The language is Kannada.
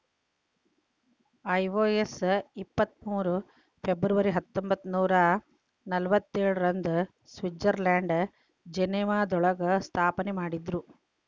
ಐ.ಒ.ಎಸ್ ಇಪ್ಪತ್ ಮೂರು ಫೆಬ್ರವರಿ ಹತ್ತೊಂಬತ್ನೂರಾ ನಲ್ವತ್ತೇಳ ರಂದು ಸ್ವಿಟ್ಜರ್ಲೆಂಡ್ನ ಜಿನೇವಾದೊಳಗ ಸ್ಥಾಪನೆಮಾಡಿದ್ರು